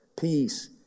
peace